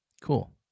Cool